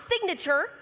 signature